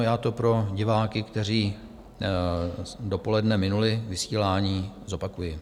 Já to pro diváky, kteří dopoledne minuli vysílání, zopakuji.